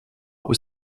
was